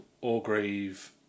Orgreave